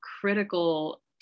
critical